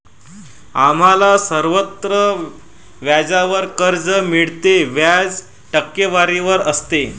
आम्हाला सर्वत्र व्याजावर कर्ज मिळते, व्याज टक्केवारीवर असते